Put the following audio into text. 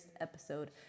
episode